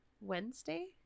Wednesday